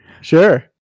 Sure